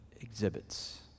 exhibits